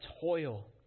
toil